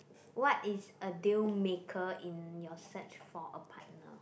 what is a deal maker in your search for a partner